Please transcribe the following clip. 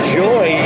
joy